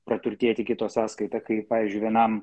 praturtėti kito sąskaita kai pavyzdžiui vienam